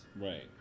right